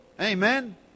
Amen